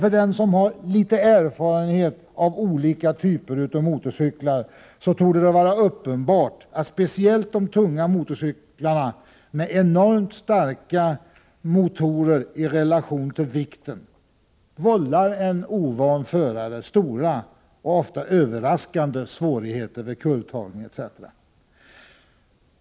För den som har litet erfarenhet av olika typer av motorcyklar torde det vara uppenbart att speciellt de tunga motorcyklarna med enormt starka motorer i relation till vikten vållar en ovan förare stora och ofta överraskande svårigheter vid kurvtagning etc.